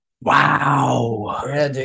Wow